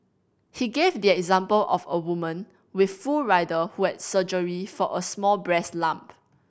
he gave the example of a woman with full rider who had surgery for a small breast lump